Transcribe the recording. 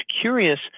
curious